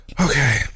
Okay